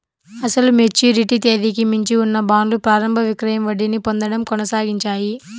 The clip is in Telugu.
అసలు మెచ్యూరిటీ తేదీకి మించి ఉన్న బాండ్లు ప్రారంభ విక్రయం వడ్డీని పొందడం కొనసాగించాయి